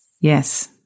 Yes